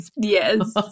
Yes